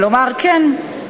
ולומר "כן,